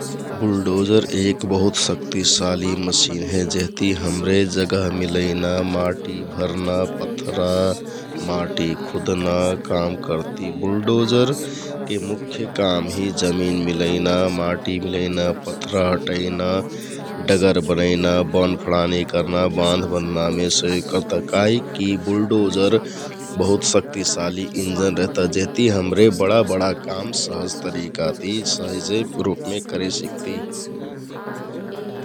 बुलडोजर एक बहुत शक्तिशालि मसिन हे जेहति हमरे जगहमे मिलैना, माटि भरना, पथरा, माटि खुदना काम करति । बुलडोजरके मुख्य काम हे जमिन मिलैना, माटि मिलैना, पथरा हटैना, डगर बनैना, बन फँडानि करना, बाँध बँधनामे सहयोग करता । काहिकि बुलडोजर बहुत शक्तिशाली इन्जन रहता जेहति हमरे बडा बडा काम सहज तरिकाति सहजे रुपमे करे सिकति ।